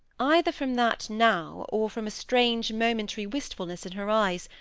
either from that now, or from a strange momentary wistfulness in her eyes,